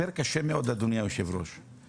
אדוני היושב ראש, זה משבר קשה מאוד.